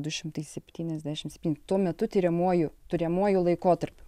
dy šimtai septyniasdešim penki tuo metu tiriamuoju tiriamuoju laikotarpiu